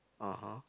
(uh huh)